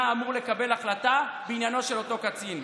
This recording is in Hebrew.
אמור לקבל החלטה בעניינו של אותו קצין?